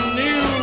new